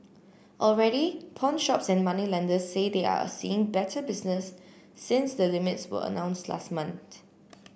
already pawnshops and moneylenders say they are a seeing better business since the limits were announced last month